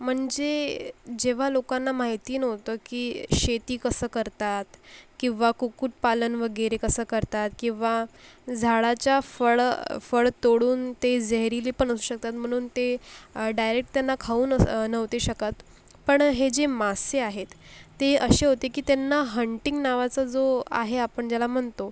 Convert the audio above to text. म्हणजे जेव्हा लोकांना माहिती नव्हतं की शेती कसं करतात किंवा कुक्कुटपालन वगैरे कसं करतात किंवा झाडाच्या फळं फळ तोडून ते जेहेरीलीपण असू शकतात म्हणून ते डायरेक्ट त्यांना खाऊ नस नव्हते शकत पण हे जे मासे आहेत ते असे होते की त्यांना हंटींग नावाचा जो आहे आपण ज्याला म्हणतो